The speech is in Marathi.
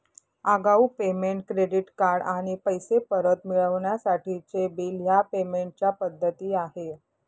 आगाऊ पेमेंट, क्रेडिट कार्ड आणि पैसे परत मिळवण्यासाठीचे बिल ह्या पेमेंट च्या पद्धती आहे